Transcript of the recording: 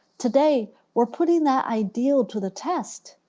today we're putting that ideal to the test.